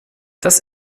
das